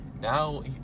Now